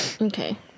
Okay